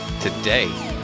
today